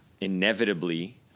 inevitably